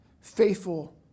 faithful